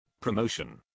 Promotion